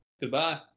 Goodbye